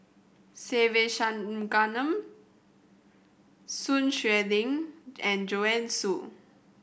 Se Ve Shanmugam Sun Xueling and Joanne Soo